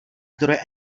zdroje